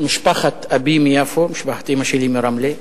משפחת אבי מיפו, משפחת אמא שלי מרמלה.